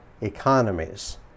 economies